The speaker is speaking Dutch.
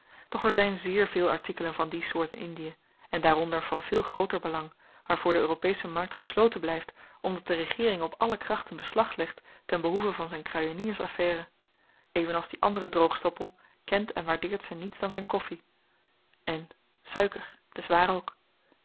doch er zyn zeer veel artikelen van die soort in indie en daaronder van veel grooter belang waarvoor de europesche markt gesloten blyft omdat de regeering op alle krachten beslag legt tenbehoeve van z'n kruieniers affaire even als die andere droogstoppel kent en waardeert ze niets dan z'n koffi en suiker t is waar ook